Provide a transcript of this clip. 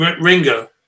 Ringo